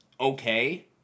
okay